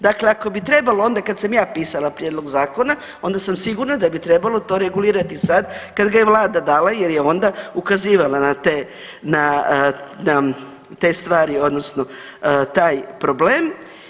Dakle, ako bi trebamo onda kad sam ja pisala prijedlog zakona onda sam sigurna da bi to trebalo regulirati sad kad ga vlada dala jer je onda ukazivala na te, na te stvari odnosno taj problem.